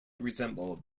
resemble